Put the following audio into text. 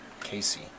Casey